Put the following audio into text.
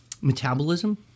metabolism